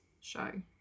show